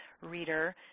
reader